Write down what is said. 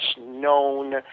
known